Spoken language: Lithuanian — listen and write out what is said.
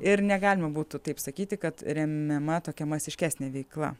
ir negalima būtų taip sakyti kad remiama tokia masiškesnė veikla